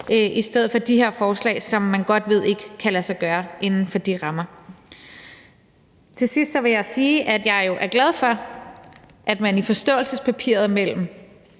at fremsætte de her forslag, som man godt ved ikke kan lade sig gøre inden for de rammer. Til sidst vil jeg sige, at jeg jo er glad for, at man i forståelsespapiret med